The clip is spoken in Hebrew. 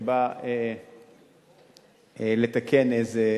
שבאה לתקן איזה